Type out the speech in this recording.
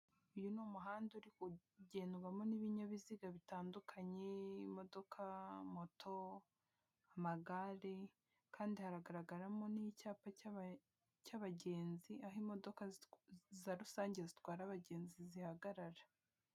Uyu ni umuhanda uri kugendwamo n'ibinyabiziga bitandukanye, imodoka, moto, amagare kandi hagaragaramo n'icyapa cy'abagenzi, aho imodoka za rusange zitwara abagenzi zihagarara.